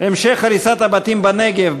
המשך הריסת הבתים בנגב,